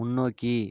முன்னோக்கி